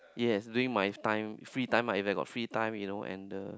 yes doing my time free time ah if I got free time you know and the